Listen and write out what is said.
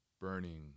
burning